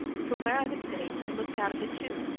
from where i was sitting i looked out of it too,